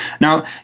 Now